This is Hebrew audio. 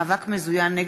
(עבירה על סידור נישואין וגירושין),